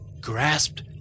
grasped